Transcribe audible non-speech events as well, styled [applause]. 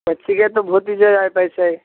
تو ٹھیک ہے تو [unintelligible]